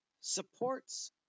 supports